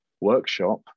workshop